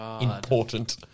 important